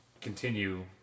continue